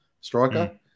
striker